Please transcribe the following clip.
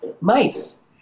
mice